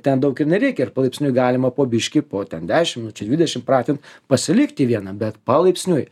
ten daug ir nereikia ir palaipsniui galima po biškį po ten dešim minučių dvidešim pratint pasilikti vieną bet palaipsniui